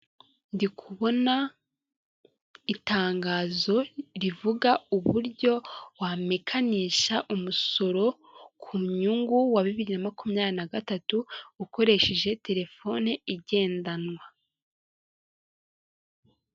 Ndi kubona itangazo rivuga uburyo wamekanisha umusoro ku nyungu, wa bibiri na makumyabiri na gatatu, ukoresheje telefone igendanwa.